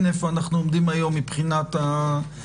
איפה אנחנו עומדים היום מבחינת המדיניות.